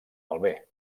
malbé